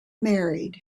married